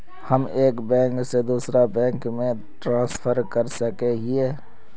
हम एक बैंक से दूसरा बैंक में ट्रांसफर कर सके हिये?